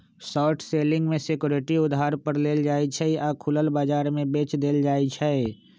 short selling में security उधार पर लेल जाइ छइ आऽ खुलल बजार में बेच देल जाइ छइ